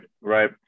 right